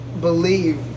believe